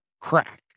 crack